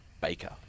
Baker